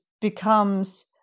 becomes